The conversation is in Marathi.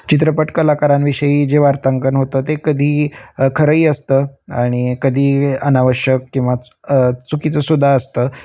चित्रपट कलाकारांविषयी जे वार्तांकन होतं ते कधी खरंही असतं आणि कधी अनावश्यक किंवा चुकीचंसुद्धा असतं